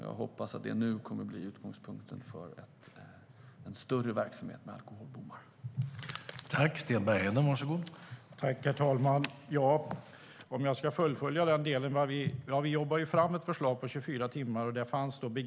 Jag hoppas att det nu kommer att bli utgångspunkten för en större verksamhet med alkoholbommar.